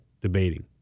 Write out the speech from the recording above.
debating